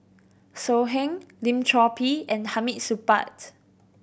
So Heng Lim Chor Pee and Hamid Supaat